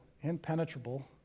impenetrable